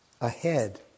Ahead